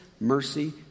mercy